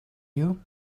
you